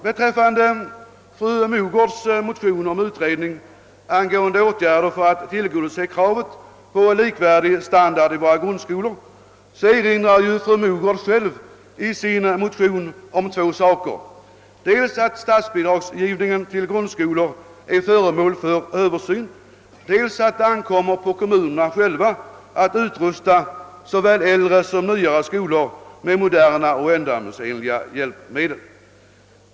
Vad beträffar fru Mogårds motion om utredning angående åtgärder för att tillgodose kravet på likvärdig standard i våra grundskolor erinrar hon själv i motionen om två fakta, dels att statsbidragsgivningen till grundskolan är föremål för översyn, dels att det ankommer på kommunerna själva att utrusta såväl äldre som nyare skolor med moderna och ändamålsenliga hjälpmedel.